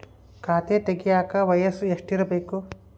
ಖಾತೆ ತೆಗೆಯಕ ವಯಸ್ಸು ಎಷ್ಟಿರಬೇಕು?